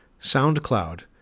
SoundCloud